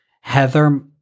Heather